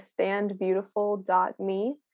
standbeautiful.me